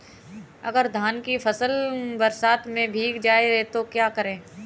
अगर धान की फसल बरसात में भीग जाए तो क्या करें?